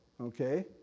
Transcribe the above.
okay